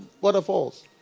Waterfalls